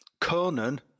Conan